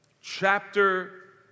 chapter